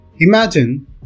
Imagine